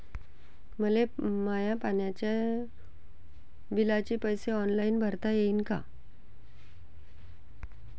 मले माया पाण्याच्या बिलाचे पैसे ऑनलाईन भरता येईन का?